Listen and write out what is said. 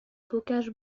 bocage